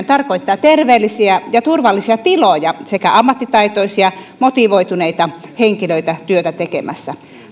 tarkoittaa terveellisiä ja turvallisia tiloja sekä ammattitaitoisia motivoituneita henkilöitä työtä tekemässä